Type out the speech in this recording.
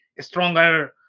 stronger